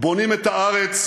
בונים את הארץ,